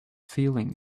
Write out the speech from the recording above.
feelings